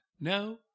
no